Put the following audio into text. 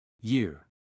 Year